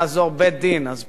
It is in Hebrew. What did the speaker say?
אז פה עזר בית-דין,